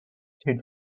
into